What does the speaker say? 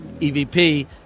EVP